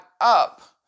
up